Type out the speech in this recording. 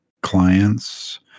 clients